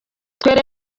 twebwe